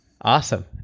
Awesome